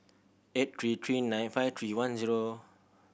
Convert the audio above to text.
eight three three nine five three one zero